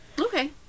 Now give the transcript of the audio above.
okay